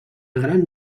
gran